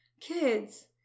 kids